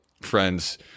friends